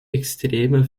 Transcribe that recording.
extremen